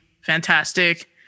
fantastic